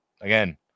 Again